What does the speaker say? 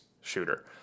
shooter